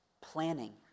planning